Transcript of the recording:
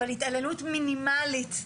אבל התעללות מינימלית,